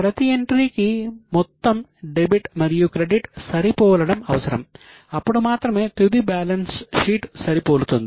ప్రతి ఎంట్రీకి మొత్తం డెబిట్ మరియు క్రెడిట్ సరిపోలడం అవసరం అప్పుడు మాత్రమే తుది బ్యాలెన్స్ షీట్ సరిపోలుతుంది